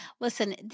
Listen